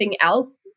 else